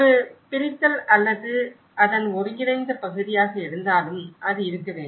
ஒரு பிரித்தல் அல்லது அதன் ஒருங்கிணைந்த பகுதியாக இருந்தாலும் இது இருக்க வேண்டும்